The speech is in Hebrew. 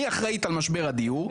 אני אחראית על משבר הדיור,